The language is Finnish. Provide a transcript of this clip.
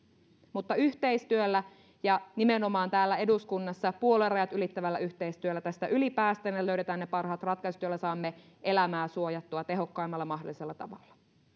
mutta yhteistyöllä ja nimenomaan täällä eduskunnassa puoluerajat ylittävällä yhteistyöllä tästä päästään yli ja löydetään ne parhaat ratkaisut joilla saamme suojattua elämää tehokkaimmalla mahdollisella tavalla